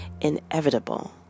inevitable